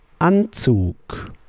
Anzug